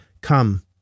Come